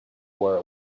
were